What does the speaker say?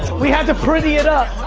we had to pretty it up,